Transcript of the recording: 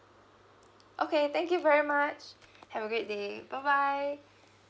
okay thank you very much have a great day bye bye